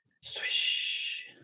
Swish